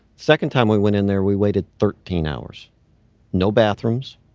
second time we went in there we waited thirteen hours no bathrooms,